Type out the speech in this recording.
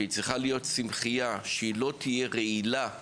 שצריכה להיות צמחיה שלא תהיה רעילה,